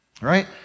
Right